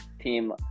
team